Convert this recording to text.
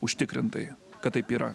užtikrintai kad taip yra